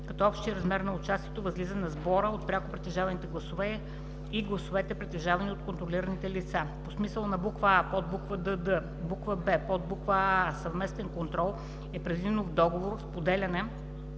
като общият размер на участието възлиза на сбора от пряко притежаваните гласове и гласовете, притежавани от контролираните лица. По смисъла на буква „а“, подбуква „дд“ и буква „б“, подбуква „аа“„съвместен контрол“ е предвидено в договор споделяне